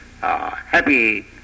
happy